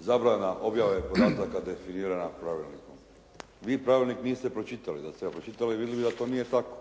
zabrana objave podataka definirana Pravilnikom. Vi Pravilnik niste pročitali. Da ste ga pročitali vidjeli bi da to nije tako.